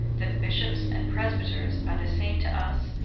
that bishops and presbyters are the same to us,